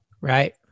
Right